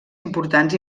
importants